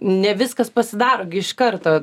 ne viskas pasidaro gi iš karto